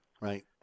Right